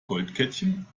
goldkettchen